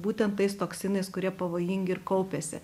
būtent tais toksinais kurie pavojingi ir kaupiasi